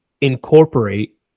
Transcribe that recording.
incorporate